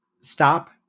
stop